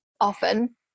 often